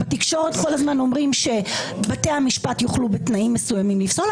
בתקשורת כל הזמן אומרים שבתי המשפט יוכלו בתנאים מסוימים לפסול,